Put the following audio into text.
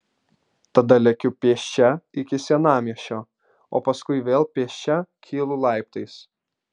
tada lekiu pėsčia iki senamiesčio o paskui vėl pėsčia kylu laiptais